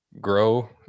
grow